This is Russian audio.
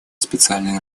специальной